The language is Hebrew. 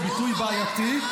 הוא ביטוי בעייתי.